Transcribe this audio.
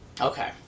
Okay